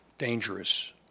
dangerous